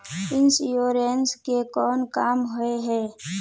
Insurance के कोन काम होय है?